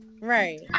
right